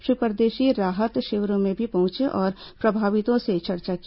श्री परदेशी राहत शिविरों में भी पहुंचे और प्रभावितों से चर्चा की